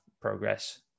progress